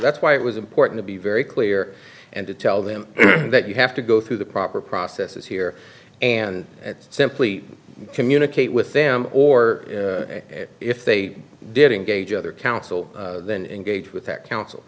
that's why it was important to be very clear and to tell them that you have to go through the proper processes here and simply communicate with them or if they did engage other counsel then engage with that coun